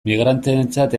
migranteentzat